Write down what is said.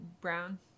brown